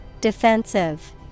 Defensive